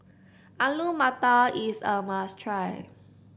Alu Matar is a must try